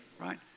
right